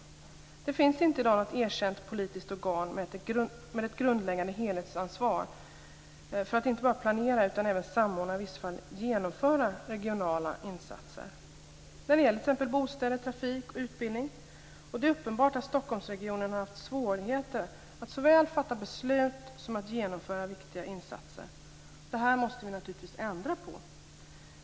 Det finns i dag inte något erkänt politiskt organ med ett grundläggande helhetsansvar för att inte bara planera utan även samordna och i vissa fall genomföra regionala insatser när det gäller t.ex. bostäder, trafik och utbildning. Det är uppenbart att Stockholmsregionen har haft svårigheter att såväl fatta beslut om som att genomföra viktiga insatser. Detta måste vi naturligtvis ändra på.